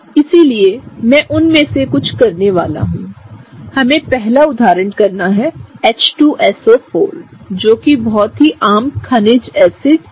इसलिए मैं उनमें से कुछ करने वाला हूं हमें पहला उदाहरण करना है H2SO4 जो एक आम खनिज एसिड है